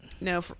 No